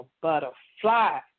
Butterfly